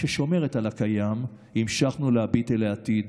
ששומרת על הקיים המשכנו להביט אל העתיד.